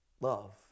Love